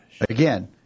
again